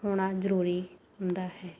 ਹੋਣਾ ਜ਼ਰੂਰੀ ਹੁੰਦਾ ਹੈ